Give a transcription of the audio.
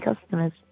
customers